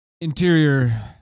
Interior